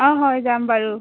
অঁ হয় যাম বাৰু